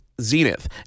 Zenith